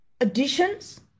Additions